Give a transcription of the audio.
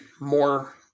more